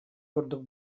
курдук